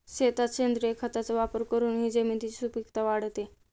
शेतात सेंद्रिय खताचा वापर करून जमिनीची सुपीकता वाढते